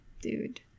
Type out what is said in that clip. dude